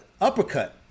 uppercut